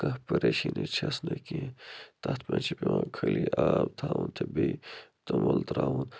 کانٛہہ پریشانی چھَس نہٕ کیٚنٛہہ تَتھ منٛز چھُ پیٚوان خٲلی آب تھاوُن تہٕ بیٚیہِ توٚمُل تَراوُن